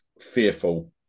fearful